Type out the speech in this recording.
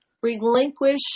relinquish